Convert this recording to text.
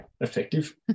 effective